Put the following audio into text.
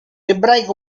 ebraico